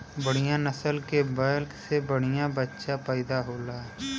बढ़िया नसल के बैल से बढ़िया बच्चा पइदा होला